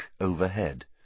overhead